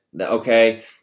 Okay